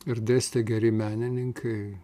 ir dėstė geri menininkai